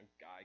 guy